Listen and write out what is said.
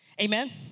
Amen